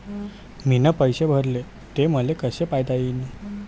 मीन पैसे भरले, ते मले कसे पायता येईन?